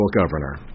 governor